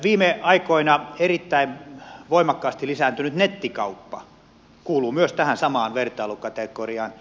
viime aikoina erittäin voimakkaasti lisääntynyt nettikauppa kuuluu myös tähän samaan vertailukategoriaan